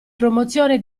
promozione